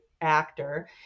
actor